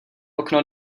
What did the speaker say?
okno